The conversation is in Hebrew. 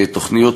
תוכניות